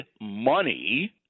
money